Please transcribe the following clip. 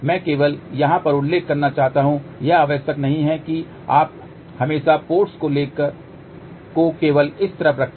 मैं केवल यहाँ पर उल्लेख करना चाहता हूं यह आवश्यक नहीं है कि आप हमेशा पोर्ट्स को केवल इस तरफ रखें